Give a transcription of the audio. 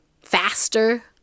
faster